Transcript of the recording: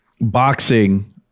boxing